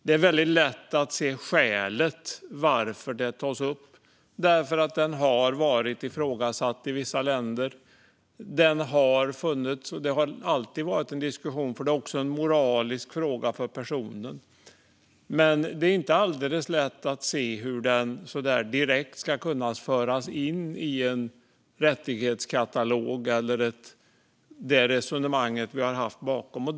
Det är väldigt lätt att se skälet till att aborträtten tas upp, för den har varit ifrågasatt i vissa länder. Den har funnits, och det har alltid varit en diskussion eftersom det också är en moralisk fråga för personen. Men det är inte alldeles lätt att se hur den direkt ska kunna föras in i en rättighetskatalog eller i det resonemang som ligger bakom.